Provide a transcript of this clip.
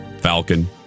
Falcon